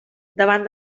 davant